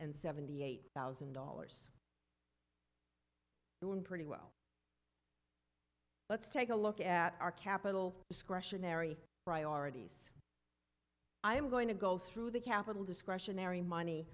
and seventy eight thousand dollars doing pretty well let's take a look at our capital discretionary priorities i am going to go through the capital discretionary money